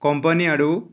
company ଆଡ଼ୁ